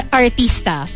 artista